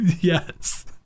Yes